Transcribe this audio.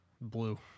blue